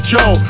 Joe